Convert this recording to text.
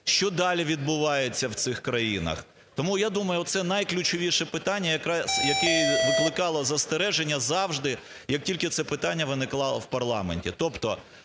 що далі відбувається в цих країнах. Тому, я думаю, оце найключовіше питання якраз, яке викликало застереження завжди, як тільки це питання виникало в парламенті.